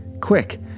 quick